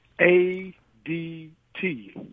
A-D-T